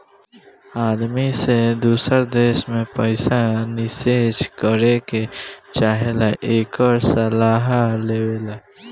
आदमी जे दूसर देश मे पइसा निचेस करे के चाहेला, एकर सहारा लेवला